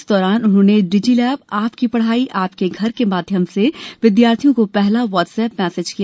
इस दौरान उन्होंने डिजी लैप आपकी पढ़ाई आपके घर के माध्यम से विद्यार्थियो को पहला व्हाट्सएप मैसेज भेजा